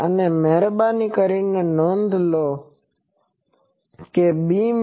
અને મહેરબાની કરીને નોંધ કરો કે ત્યાં બે બીમ છે